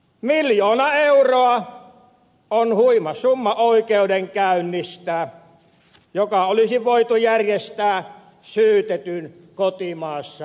miljoona euroa on huima summa oikeudenkäynnistä joka olisi voitu järjestää syytetyn kotimaassa ruandassa